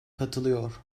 katılıyor